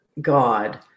God